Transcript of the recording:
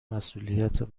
مسئولیت